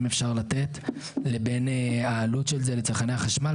אפשר לתת לבין העלות של זה לצרכני החשמל.